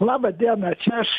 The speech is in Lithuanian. laba diena čia aš